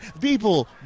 people